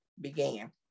began